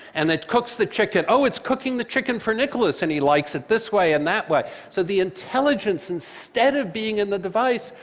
and it cooks the chicken. oh, it's cooking the chicken for nicholas, and he likes it this way and that way. so the intelligence, instead of being in the device,